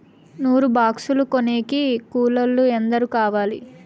నూరు బాక్సులు కోసేకి కూలోల్లు ఎందరు కావాలి?